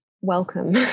welcome